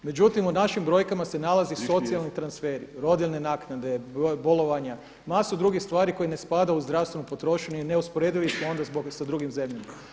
Međutim, u našim brojkama se nalaze socijalni transferi, rodiljne naknade, bolovanja, masu drugih stvari koji ne spada u zdravstvenu potrošnju je neusporedivi … sa drugim zemljama.